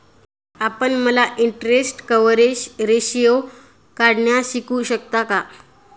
आपण मला interest coverage ratio काढण्यास शिकवू शकता का?